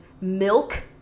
milk